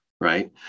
Right